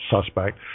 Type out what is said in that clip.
suspect